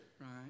Right